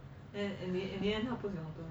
and and in the end 他不喜欢 plants